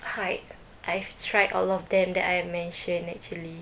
height I've tried a lot of them that I mentioned actually